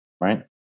right